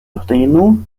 prenu